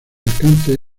alcance